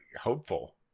hopeful